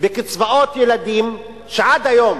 בקצבאות הילדים, שעד היום